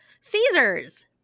caesars